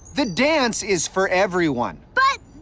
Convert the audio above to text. the dance is for everyone. but.